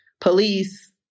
police